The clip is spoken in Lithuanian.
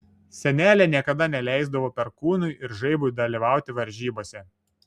senelė niekada neleisdavo perkūnui ir žaibui dalyvauti varžybose